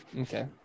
okay